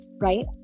right